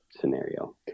scenario